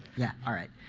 yeah, all right.